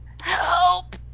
Help